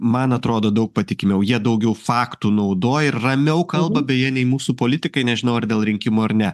man atrodo daug patikimiau jie daugiau faktų naudoja ir ramiau kalba beje nei mūsų politikai nežinau ar dėl rinkimų ar ne